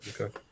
Okay